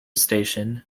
station